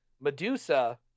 Medusa